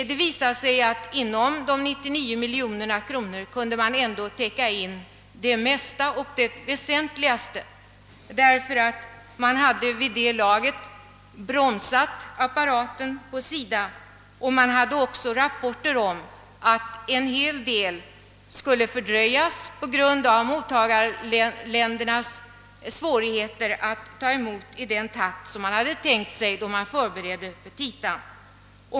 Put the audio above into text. Det visade sig därvid att man inom de 99 miljonerna ändå kunde täcka in det mesta och väsentligaste av äskandena. Vid det laget hade man bromsat apparaten hos SIDA, och det förelåg rapporter om att en hel del pro jekt skulle fördröjas på grund av mottagarländernas svårigheter att ta emot hjälpen i den takt som förutsetts då SIDA:s petita förbereddes.